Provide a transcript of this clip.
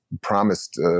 promised